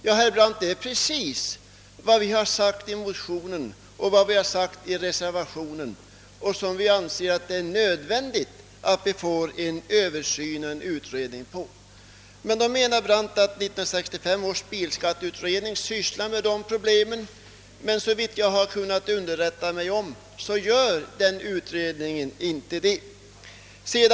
Ja, herr Brandt, det är precis vad vi har sagt i motionen och i reservationen! Vi anser att det är nödvändigt att få en översyn och en utredning av denna sak. Nu menar herr Brandt att 1965 års bilskatteutredning sysslar med det problemet, men såvitt jag kunnat underrätta mig gör utredningen inte det.